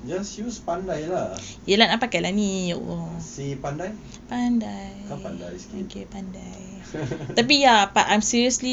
just use pandai lah say pandai kan pandai sikit